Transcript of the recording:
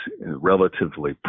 relatively